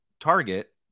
target